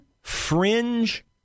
fringe